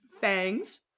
Fangs